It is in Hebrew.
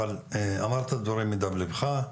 אבל אמרת דברים מדם ליבך.